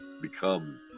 become